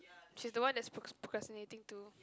she's the one that's pros~ procrastinating too